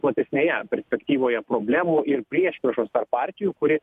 platesnėje perspektyvoje problemų ir priešpriešos tarp partijų kuri